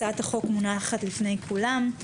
הצעת חוק מונחת לפני כולם.